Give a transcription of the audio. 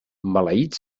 maleït